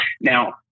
Now